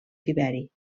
tiberi